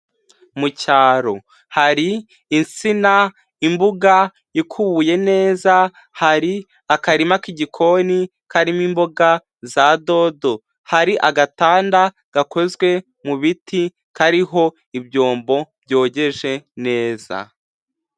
Mucyaro hari insina imbuga ikubuye neza, hari akarima k'igikoni karimo imboga za dodo, hari agatanda gakozwe mu biti kariho ibyombo byogeje neza.